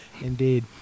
Indeed